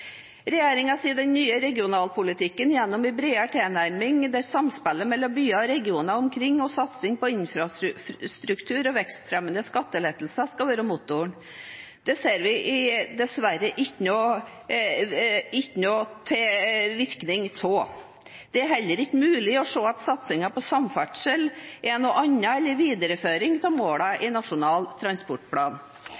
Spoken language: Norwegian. sier den vil fornye regionalpolitikken gjennom en bredere tilnærming, der samspillet mellom byene og regionene omkring, satsing på infrastruktur og vekstfremmende skattelettelser skal være motoren. Det ser vi dessverre ikke noen virkning av. Det er heller ikke mulig å se at satsingen på samferdsel er noe annet enn videreføring av målene i Nasjonal transportplan.